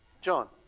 John